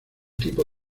tipo